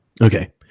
Okay